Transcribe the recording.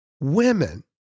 women